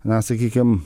na sakykim